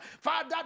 Father